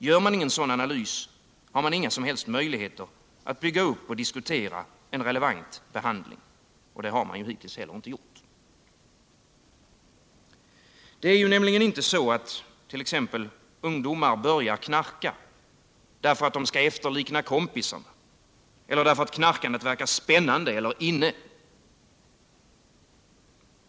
Gör man ingen sådan analys, har man inga som helst möjligheter att bygga upp och diskutera en relevant behandling. Det har man hittills heller inte gjort. Det är inte så attt.ex. ungdomar börjar knarka, därför att de skall efterlikna kompisarna eller därför att knarkandet verkar ”spännande” eller ”inne”.